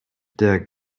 der